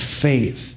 faith